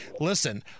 listen